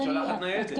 אתם תשלחו ניידת.